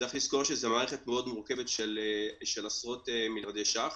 צריך לזכור שזו מערכת מורכבת מאוד של עשרות מיליארדי ש"ח.